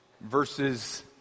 verses